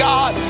God